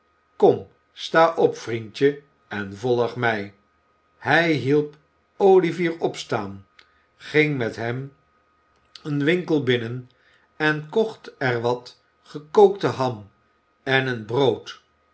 kom sta op vriendje en volg mij hij hielp olivier opstaan ging met hem een winkel binnen en kocht er wat gekookte ham en een brood